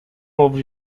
houve